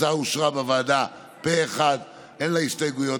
ההצעה אושרה בוועדה פה אחד, אין לה הסתייגויות.